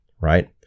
right